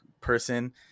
person